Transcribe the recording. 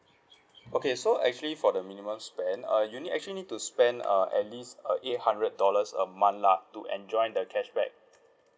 okay so actually for the minimum spend uh you need actually need to spend uh at least uh eight hundred dollars a month lah to enjoy the cashback